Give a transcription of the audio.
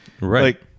right